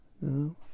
No